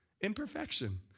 Imperfection